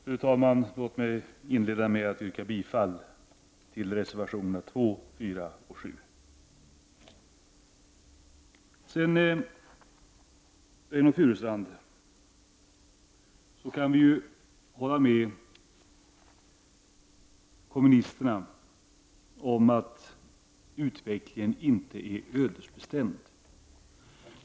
Fru talman! Låt mig inleda med att yrka bifall till reservationerna 2, 4 och 7. Sedan, Reynoldh Furustrand, kan vi hålla med kommunisterna om att utvecklingen inte är ödesbestämd.